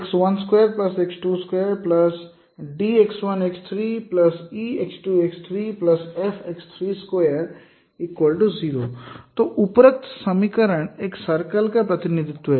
x12 x22 dx1x3ex2x3f x320 तो उपरोक्त समीकरण एक सर्कल का प्रतिनिधित्व है